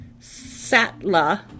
Satla